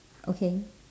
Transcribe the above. okay